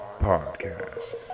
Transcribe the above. Podcast